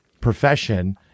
profession